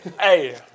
Hey